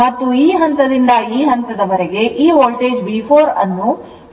ಮತ್ತು ಈ ಹಂತದಿಂದ ಈ ಹಂತದವರೆಗೆ ಈ ವೋಲ್ಟೇಜ್ V4 ಅನ್ನು 50 volt ಎಂದು ನೀಡಲಾಗಿದೆ